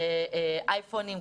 אייפונים,